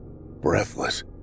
Breathless